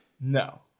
No